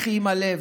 לכי עם הלב